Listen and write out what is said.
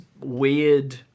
weird